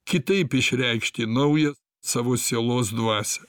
kitaip išreikšti naują savo sielos dvasią